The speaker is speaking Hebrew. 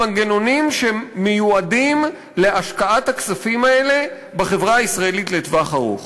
עם מנגנונים שמיועדים להשקעת הכספים האלה בחברה הישראלית לטווח ארוך.